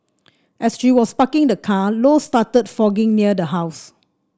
as she was parking the car Low started fogging near the house